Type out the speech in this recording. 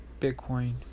Bitcoin